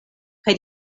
kaj